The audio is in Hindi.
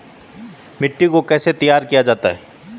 मिट्टी को कैसे तैयार किया जाता है?